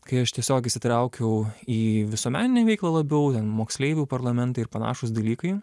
kai aš tiesiog įsitraukiau į visuomeninę veiklą labiau moksleivių parlamentai ir panašūs dalykai